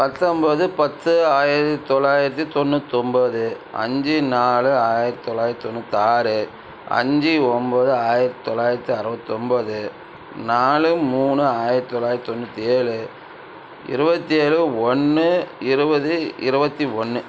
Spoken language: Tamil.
பத்தொன்பது பத்து ஆயிரத்தி தொள்ளாயிரத்தி தொண்ணூத்தொம்பது அஞ்சு நாலு ஆயிரத்தி தொள்ளாயிரத்தி தொண்ணூற்றாறு அஞ்சு ஒம்பது ஆயிரத்தி தொள்ளாயிரத்தி அறுவத்தொம்பது நாலு மூணு ஆயிரத்தி தொள்ளாயிரத்தி தொண்ணூற்றேழு இருபத்தேழு ஒன்று இருபது இருபத்தி ஒன்று